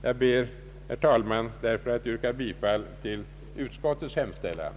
Jag ber därför att få yrka bifall till utskottets hemställan.